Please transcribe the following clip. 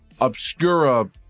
Obscura